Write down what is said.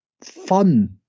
fun